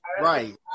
right